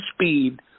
speed